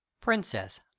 Princess